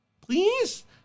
Please